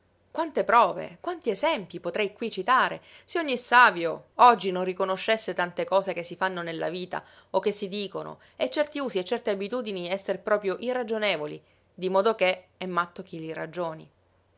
quante prove quanti esempii potrei qui citare se ogni savio oggi non riconoscesse tante cose che si fanno nella vita o che si dicono e certi usi e certe abitudini esser proprio irragionevoli dimodoché è matto chi li ragioni